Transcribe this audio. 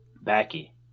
Backy